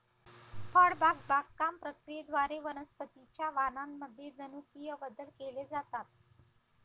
फळबाग बागकाम प्रक्रियेद्वारे वनस्पतीं च्या वाणांमध्ये जनुकीय बदल केले जातात